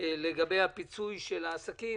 לגבי פיצוי העסקים